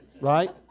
Right